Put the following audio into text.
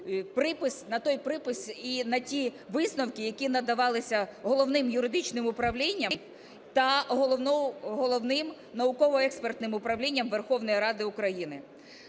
на той припис і на ті висновки, які надавалися Головний юридичним управлінням та Головним науково-експертним управлінням Верховної Ради України.